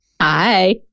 Hi